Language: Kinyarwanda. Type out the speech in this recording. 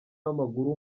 w’amaguru